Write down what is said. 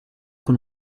con